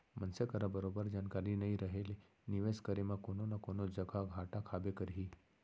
मनसे करा बरोबर जानकारी नइ रहें ले निवेस करे म कोनो न कोनो जघा घाटा खाबे करही